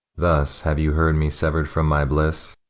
thus have you heard me sever'd from my bliss,